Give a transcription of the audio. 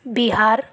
Bihar